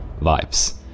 vibes